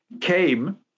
came